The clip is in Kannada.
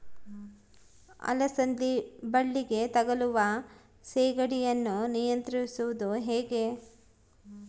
ಅಲಸಂದಿ ಬಳ್ಳಿಗೆ ತಗುಲುವ ಸೇಗಡಿ ಯನ್ನು ನಿಯಂತ್ರಿಸುವುದು ಹೇಗೆ?